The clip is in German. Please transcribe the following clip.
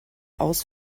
aus